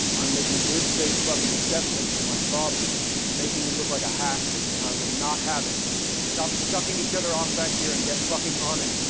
i'm making good face fucking assessments to my father. and you're making me look like a hack and i will not have it stop sucking each other off back here and get fucking on it.